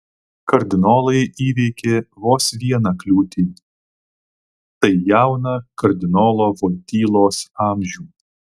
kardinolai įveikė vos vieną kliūtį tai jauną kardinolo voitylos amžių